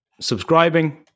subscribing